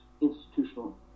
institutional